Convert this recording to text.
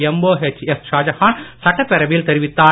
எம்ஒஎச்எப் ஷாஜகான் சட்டப்பேரவையில் தெரிவித்தார்